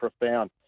profound